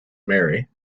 marry